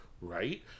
right